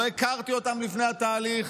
לא הכרתי אותם לפני התהליך,